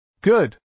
Good